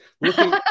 looking